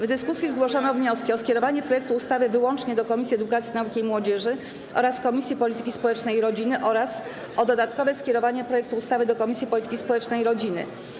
W dyskusji zgłoszono wnioski: - o skierowanie projektu ustawy wyłącznie do Komisji Edukacji, Nauki i Młodzieży oraz Komisji Polityki Społecznej i Rodziny oraz - o dodatkowe skierowanie projektu ustawy do Komisji Polityki Społecznej i Rodziny.